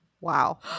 Wow